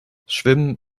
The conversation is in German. schwimmen